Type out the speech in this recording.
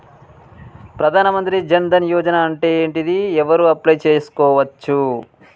ప్రధాన మంత్రి జన్ ధన్ యోజన అంటే ఏంటిది? ఎవరెవరు అప్లయ్ చేస్కోవచ్చు?